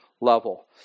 level